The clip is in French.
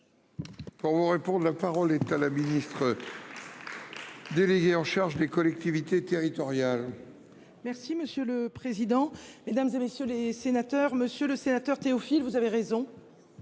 Pour vous répondre. La parole est à la ministre. Déléguée en charge des collectivités territoriales. Merci monsieur le président, Mesdames, et messieurs les sénateurs, Monsieur le Sénateur, Théophile. Vous avez raison.